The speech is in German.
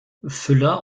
füller